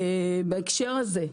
בהקשר הזה,